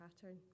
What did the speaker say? pattern